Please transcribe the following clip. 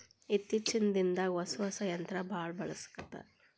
ಇತ್ತೇಚಿನ ದಿನದಾಗ ಹೊಸಾ ಹೊಸಾ ಯಂತ್ರಾ ಬಾಳ ಬಳಸಾಕತ್ತಾರ